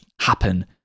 happen